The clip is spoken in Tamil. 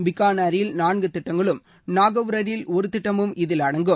பிகானிர் நான்கு திட்டங்களும் நாகாரில் ஒரு திட்டமும் இதில் அடங்கும்